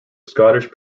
scottish